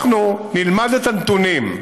אנחנו נלמד את הנתונים.